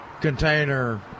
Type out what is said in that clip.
container